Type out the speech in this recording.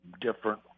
different